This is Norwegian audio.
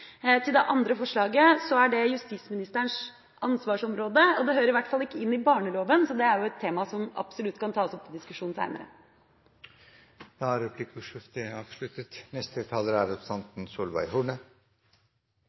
det gjelder det andre forslaget, er det justisministerens ansvarsområde. Det hører i hvert fall ikke til i barneloven. Så det er et tema som absolutt kan tas opp til diskusjon senere. Replikkordskiftet er